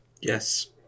Yes